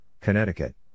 Connecticut